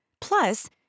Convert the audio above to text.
Plus